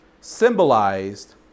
symbolized